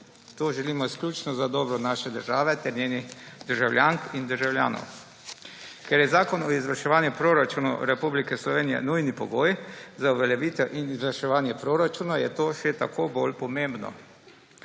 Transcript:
To želimo izključno za dobro naše države ter njenih državljank in državljanov. Ker je zakon o izvrševanju proračunov Republike Slovenije nujni pogoj za uveljavitev in izvrševanje proračuna, je to še toliko bolj pomembno.